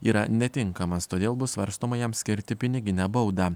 yra netinkamas todėl bus svarstoma jam skirti piniginę baudą